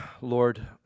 Lord